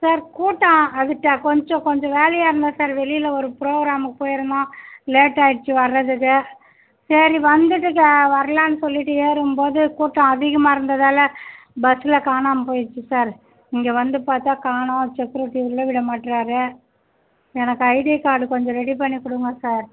sir கூட்டம் அது ட கொஞ்சம் கொஞ்சம் வேலையாக இருந்தேன் சார் வெளியில் ஒரு ப்ரோகிராமுக்கு போயிருந்தோம் லேட் ஆகிட்ச்சி வரதுக்கு சரி வந்துவிட்டு கே வரலான்னு சொல்லிவிட்டு ஏறும்போது கூட்டம் அதிகமாக இருந்ததால் பஸ்சில் காணாமல் போயிச்சு சார் இங்கே வந்து பார்த்தா காணோம் செக்யூரிட்டி உள்ளே விட மாட்டேறாரு எனக்கு ஐடி கார்டு கொஞ்சம் ரெடி பண்ணிக் கொடுங்க சார்